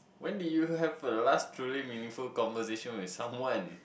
when did you have your last truly meaningful conversation with someone